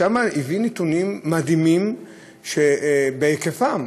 הביאו שם נתונים מדהימים בהיקפם.